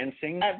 dancing